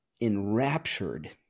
enraptured